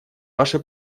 ваши